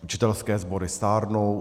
Učitelské sbory stárnou.